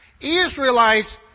Israelites